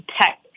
tech